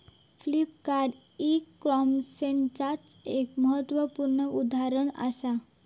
Flipkart e कॉमर्सचाच एक महत्वपूर्ण उदाहरण असा